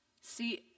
See